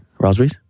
Raspberries